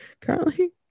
currently